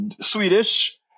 Swedish